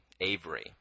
Avery